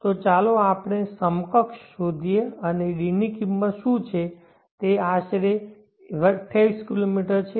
તો ચાલો આપણે સમકક્ષ શોધીએ અને d ની કિંમત શું છે તે આશરે 28 કિલોમીટર છે